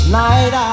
night